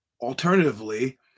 Alternatively